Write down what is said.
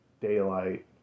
Daylight